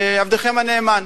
ועבדכם הנאמן.